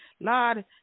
Lord